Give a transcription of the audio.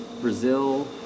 Brazil